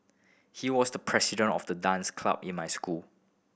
he was the president of the dance club in my school